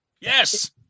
Yes